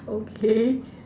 okay